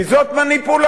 כי זאת מניפולציה,